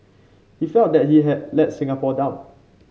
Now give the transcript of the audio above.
he felt that he had let Singapore down